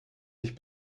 sich